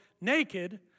naked